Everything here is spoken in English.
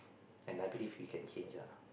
and I believe we can change ah